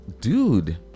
Dude